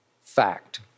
Fact